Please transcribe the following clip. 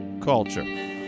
Culture